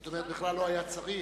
זאת אומרת, בכלל לא היה צריך,